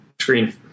screen